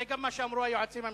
זה גם מה שאמרו היועצים המשפטיים,